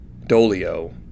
Dolio